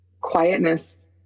quietness